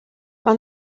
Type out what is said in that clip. mae